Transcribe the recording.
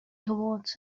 towards